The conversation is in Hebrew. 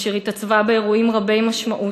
אשר התעצבה באירועים רבי משמעות,